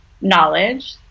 knowledge